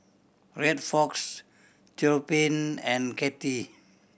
Rexford Theophile and Katie